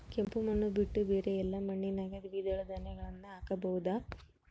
ಕೆಂಪು ಮಣ್ಣು ಬಿಟ್ಟು ಬೇರೆ ಎಲ್ಲಾ ಮಣ್ಣಿನಾಗ ದ್ವಿದಳ ಧಾನ್ಯಗಳನ್ನ ಹಾಕಬಹುದಾ?